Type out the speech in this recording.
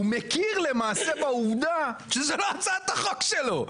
הוא מכיר בעובדה שזה לא הצעת החוק שלו.